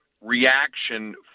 reaction